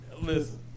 Listen